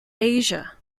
asia